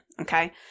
okay